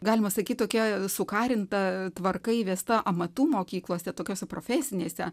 galima sakyt tokia sukarinta tvarka įvesta amatų mokyklose tokiose profesinėse